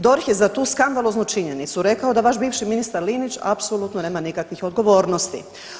DORH je za tu skandaloznu činjenicu rekao da vaš bivši ministar Linić apsolutno nema nikakvih odgovornosti.